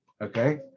okay